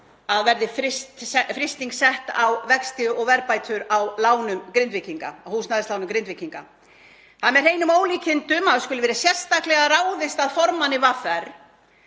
að frysting yrði sett á vexti og verðbætur á húsnæðislánum Grindvíkinga. Það með hreinum ólíkindum að það skuli sérstaklega ráðist að formanni VR